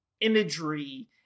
imagery